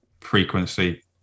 frequency